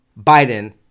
Biden